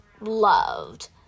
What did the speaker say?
loved